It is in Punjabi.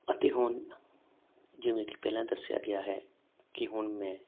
ਅਤੇ ਹੁਣ ਜਿਵੇਂ ਕਿ ਪਹਿਲਾਂ ਦੱਸਿਆ ਗਿਆ ਹੈ ਕਿ ਹੁਣ ਮੈਂ